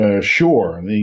sure